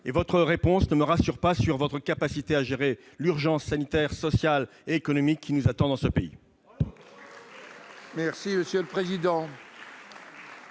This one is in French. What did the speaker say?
Votre réponse ne me rassure pas sur votre capacité à gérer l'urgence sanitaire, sociale et économique qui nous attend. La parole